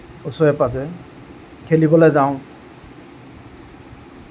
ওচৰে পাঁজৰে খেলিবলৈ যাওঁ